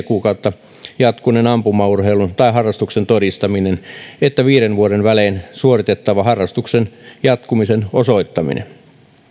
kuukautta jatkuneen ampumaurheilun tai harrastuksen todistaminen että viiden vuoden välein suoritettava harrastuksen jatkumisen osoittaminen